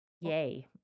yay